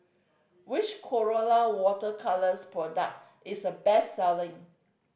which Colora Water Colours product is the best selling